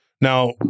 Now